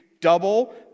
double